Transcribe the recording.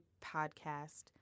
podcast